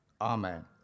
amen